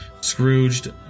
Scrooged